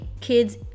kids